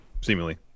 Seemingly